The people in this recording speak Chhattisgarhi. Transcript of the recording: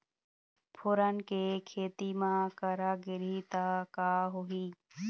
फोरन के खेती म करा गिरही त का होही?